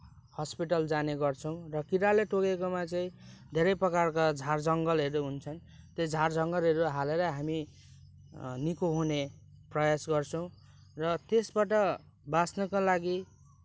hospital जाने गर्छौँ र किराले टोकेकोमा चाहिँ धेरै प्रकारका झारजङ्गलहरू हुन्छन् त्यो झारजङ्गलहरू हालेर हामी निको हुने प्रयास गर्छौँ र त्यसबाट बाँच्नका लागि